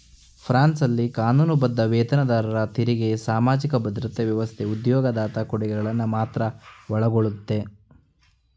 ಫ್ರಾನ್ಸ್ನಲ್ಲಿ ಕಾನೂನುಬದ್ಧ ವೇತನದಾರರ ತೆರಿಗೆ ಸಾಮಾಜಿಕ ಭದ್ರತಾ ವ್ಯವಸ್ಥೆ ಉದ್ಯೋಗದಾತ ಕೊಡುಗೆಗಳನ್ನ ಮಾತ್ರ ಒಳಗೊಳ್ಳುತ್ತೆ